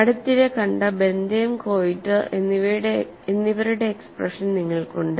അടുത്തിടെ കണ്ട ബെന്തേം കൊയിറ്റർ എന്നിവരുടെ എക്സ്പ്രഷൻ നിങ്ങൾക്കുണ്ട്